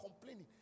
complaining